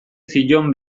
zion